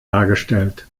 dargestellt